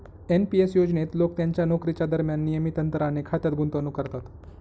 NP S योजनेत लोक त्यांच्या नोकरीच्या दरम्यान नियमित अंतराने खात्यात गुंतवणूक करतात